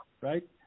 right